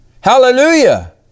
Hallelujah